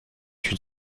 une